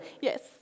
yes